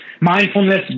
mindfulness